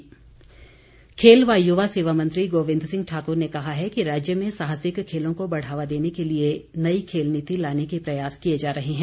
खेल खेल व युवा सेवा मंत्री गोविंद सिंह ठाकुर ने कहा है कि राज्य में साहसिक खेलों को बढ़ावा देने के लिए नई खेल नीति लाने के प्रयास किए जा रहे हैं